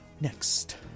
Next